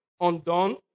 undone